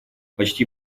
почти